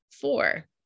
Four